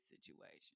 situation